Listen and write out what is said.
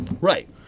Right